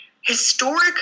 historic